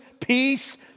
Peace